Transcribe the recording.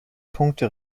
punkte